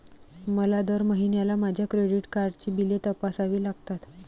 मला दर महिन्याला माझ्या क्रेडिट कार्डची बिले तपासावी लागतात